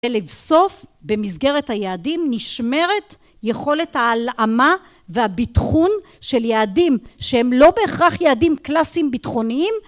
ולבסוף במסגרת היעדים נשמרת יכולת ההלאמה והביטחון של יעדים שהם לא בהכרח יעדים קלאסיים ביטחוניים